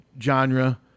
genre